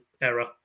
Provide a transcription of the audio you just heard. error